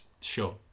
Sure